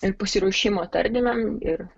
ir pasiruošimą tardymam ir